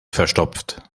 verstopft